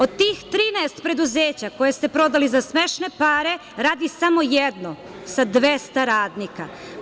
Od tih 13 preduzeća, koje ste prodali za smešne pare, radi samo jedno sa 200 radnika.